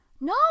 No